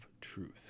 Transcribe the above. truth